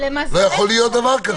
לא יכול להיות דבר כזה.